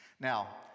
Now